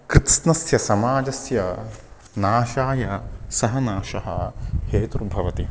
कृत्स्नस्य समाजस्य नाशाय सः नाशः हेतुर्भवति